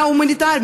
מדינה הומניטרית,